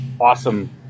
awesome